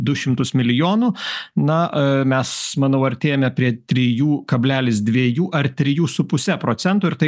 du šimtus milijonų na mes manau artėjame prie trijų kablelis dviejų ar trijų su puse procento ir tai